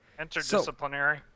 interdisciplinary